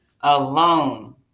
alone